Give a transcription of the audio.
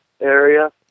area